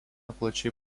plačiai